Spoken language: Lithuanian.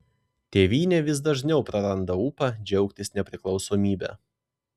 tėvynė vis dažniau praranda ūpą džiaugtis nepriklausomybe